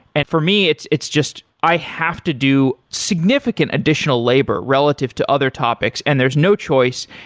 and for me, it's it's just i have to do significant additional labor relative to other topics, and there's no choice,